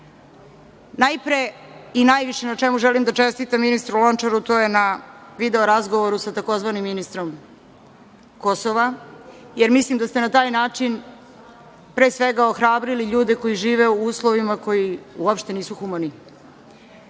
ljudi. Najpre i najviše na čemu želim da čestitam ministru Lončaru, to je na video razgovoru sa tzv. ministrom Kosova, jer mislim da ste na taj način pre svega ohrabrili ljude koji žive u uslovima koji uopšte nisu humani.